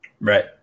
right